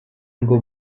ngo